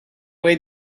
way